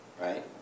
Right